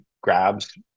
grabs